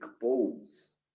balls